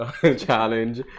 challenge